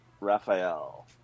Raphael